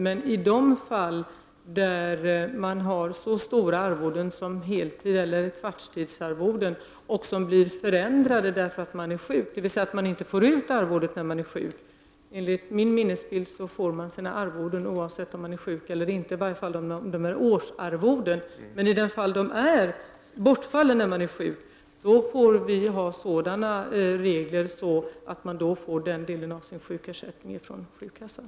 Men i de fall där man har så stora arvoden som heltidseller kvartstidsarvoden, vilka sätts ned i samband med sjukdom, så att man inte får ut arvodet när man är sjuk, utbetalas enligt min minnesbild arvodena oavsett om man är sjuk eller inte. Det gäller i varje fall beträffande årsarvoden. Men i de fall där arvodet bortfaller under sjukdom får vi skapa sådana regler att den delen ersätts från sjukkassan.